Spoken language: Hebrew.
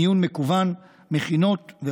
מיון מקוון ומכינות,